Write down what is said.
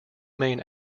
main